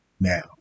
now